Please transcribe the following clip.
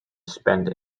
spend